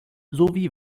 sowie